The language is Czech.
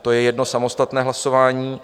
To je jedno samostatné hlasování.